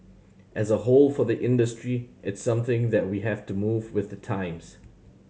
as a whole for the industry it's something that we have to move with the times